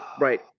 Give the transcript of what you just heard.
right